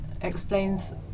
explains